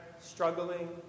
struggling